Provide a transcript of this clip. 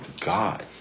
God